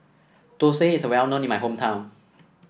Thosai is well known in my hometown